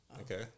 okay